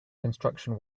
construction